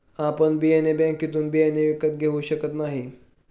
आपण बियाणे बँकेतून बियाणे विकत घेऊ शकत नाही